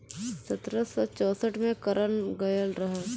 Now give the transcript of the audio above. सत्रह सौ चौंसठ में करल गयल रहल